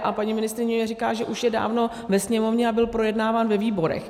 A paní ministryně mi říká, že už je dávno ve Sněmovně a byl projednáván ve výborech.